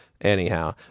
anyhow